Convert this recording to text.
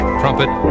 trumpet